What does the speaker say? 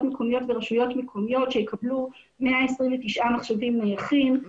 מקומיות ברשויות מקומיות שיקבלו 129 מחשבים נייחים,